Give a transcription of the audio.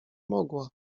mogła